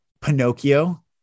Pinocchio